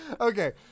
Okay